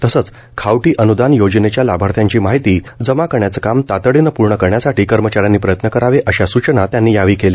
तसंच खावटी अनुदान योजनेच्या लाभार्थ्यांची माहिती जमा करण्यांचं काम तातडीनं पूर्ण करण्यासाठी कर्मचाऱ्यांनी प्रयत्न करावे अशा सूचना त्यांनी केल्या